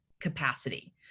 capacity